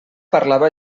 parlava